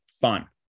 fun